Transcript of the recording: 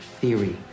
theory